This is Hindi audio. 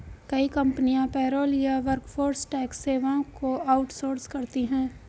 कई कंपनियां पेरोल या वर्कफोर्स टैक्स सेवाओं को आउट सोर्स करती है